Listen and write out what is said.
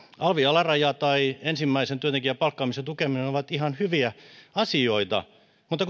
alvin alaraja tai ensimmäisen työntekijän palkkaamisen tukeminen ovat ihan hyviä asioita mutta